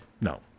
No